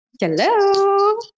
Hello